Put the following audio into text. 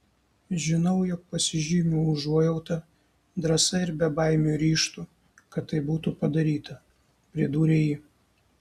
žinau jog pasižymiu užuojauta drąsa ir bebaimiu ryžtu kad tai būtų padaryta pridūrė ji